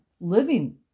living